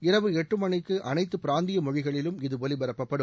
இரவு எட்டு மணிக்கு அனைத்து பிராந்திய மொழிகளிலும் இது ஒலிபரப்பப்படும்